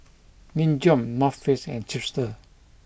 Nin Jiom North Face and Chipster